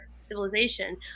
civilization